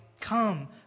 Come